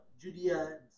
Judea